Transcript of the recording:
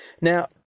Now